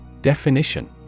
Definition